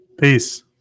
Peace